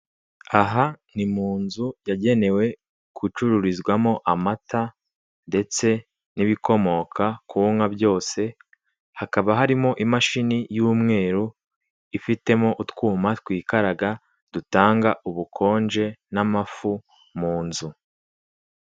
Aha ni mu nzu yagenewe gucururizwamo amata ndetse n'ibikomoka ku nka byose, hakaba harimo imashini y'umweru ifitemo utwuma twikaraga dutanga ubukonje n'amafu mu nzu.